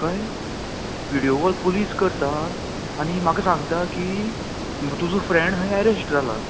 कळ्ळें video call police करता आनी म्हाका सांगता की तुजो फ्रेंड खंय एरॅस्ट जाला